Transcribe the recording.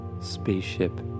spaceship